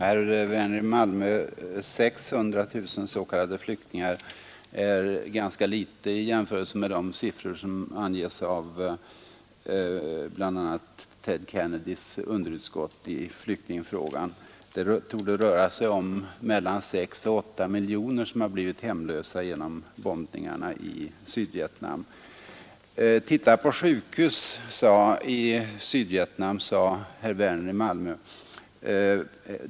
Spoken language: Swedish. Fru talman! 600 000 s.k. flyktingar är ett ganska litet antal, herr Werner i Malmö, i jämförelse med de siffror som anges av bl.a. Ted Kennedys underutskott i flyktingfrågan — antalet torde röra sig om mellan 6 och 8 miljoner människor, som har blivit hemlösa genom bombningarna i Sydvietnam. Titta på sjukhus i Sydvietnam, sade herr Werner i Malmö.